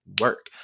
work